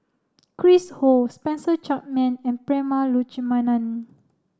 Chris Ho Spencer Chapman and Prema Letchumanan